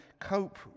cope